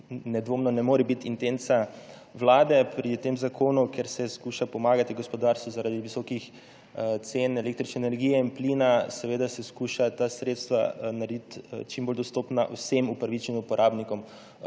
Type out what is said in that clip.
nedvomno ne more biti intenca vlade pri tem zakonu, ker se skuša pomagati gospodarstvu zaradi visokih cen električne energije in plina. Seveda se skuša ta sredstva narediti čim bolj dostopna vsem upravičenim uporabnikom.